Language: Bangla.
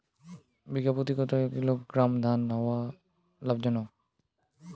বিঘা প্রতি কতো কিলোগ্রাম ধান হওয়া লাভজনক?